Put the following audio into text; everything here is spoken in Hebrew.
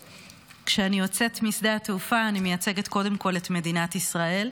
שכשאני יוצאת משדה התעופה אני מייצגת קודם כול את מדינת ישראל.